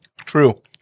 True